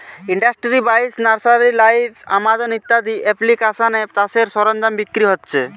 industry বাইশ, nursery live, Amazon ইত্যাদি এপ্লিকেশানে চাষের সরঞ্জাম বিক্রি হচ্ছে